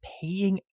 paying